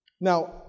Now